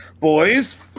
Boys